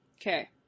Okay